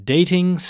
Dating